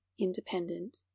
independent